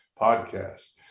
podcast